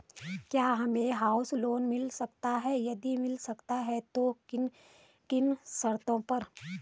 क्या हमें house loan मिल सकता है यदि मिल सकता है तो किन किन शर्तों पर?